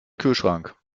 kühlschrank